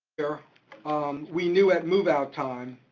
yeah um we knew at move-out time,